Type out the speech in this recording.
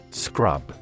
Scrub